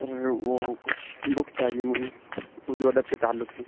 سر وہ کچھ بک چاہیے مجھے اردو ادب کے تعلق سے